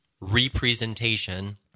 representation